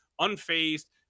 unfazed